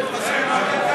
מה עם מס הירושה?